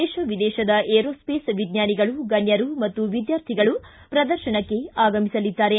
ದೇಶ ವಿದೇಶದ ಏರೋಸ್ವೇಸ್ ವಿಜ್ಞಾನಿಗಳು ಗಣ್ಯರು ಮತ್ತು ವಿದ್ಯಾರ್ಥಿಗಳು ಪ್ರದರ್ಶನಕ್ಕೆ ಆಗಮಿಸಲಿದ್ದಾರೆ